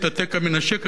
כי היא היתה מפחדת להתחשמל.